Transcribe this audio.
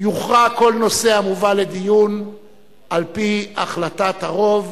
יוכרע כל נושא המובא לדיון על-פי החלטת הרוב,